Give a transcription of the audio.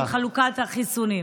של חלוקת החיסונים.